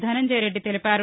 ధనంజయ్రెడ్డి తెలిపారు